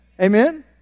Amen